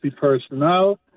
personnel